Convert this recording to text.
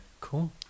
cool